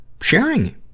sharing